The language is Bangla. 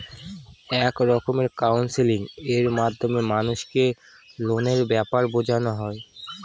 এক রকমের কাউন্সেলিং এর মাধ্যমে মানুষকে লোনের ব্যাপারে বোঝানো হয়